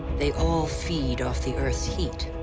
they all feed off the earth's heat.